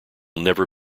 never